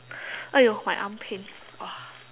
!aiyo! my arm pain !wah!